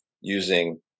using